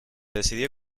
decidió